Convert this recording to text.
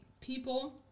people